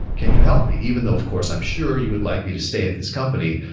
can you help me? even though of course i'm sure you would like me to stay at this company,